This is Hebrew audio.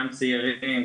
גם צעירים,